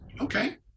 Okay